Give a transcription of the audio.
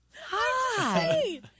hi